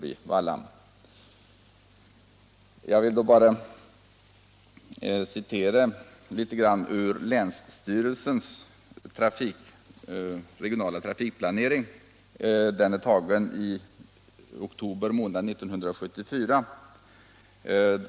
147 Sedan vill jag citera litet ur länsstyrelsens regionala trafikplanering som antogs i oktober månad 1974.